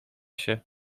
się